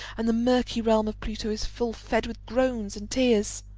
and the murky realm of pluto is full fed with groans and tears.